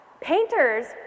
Painters